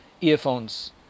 earphones